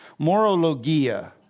Morologia